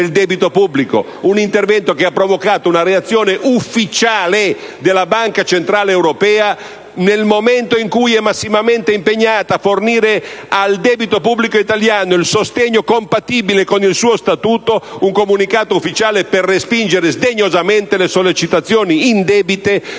del debito pubblico. Un intervento che ha provocato una reazione ufficiale della Banca centrale europea nel momento in cui è massimamente impegnata a fornire al debito pubblico italiano il sostegno compatibile con il suo statuto: un comunicato ufficiale per respingere sdegnosamente le sollecitazioni indebite